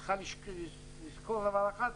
צריך לזכור דבר אחד,